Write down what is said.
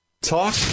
Talk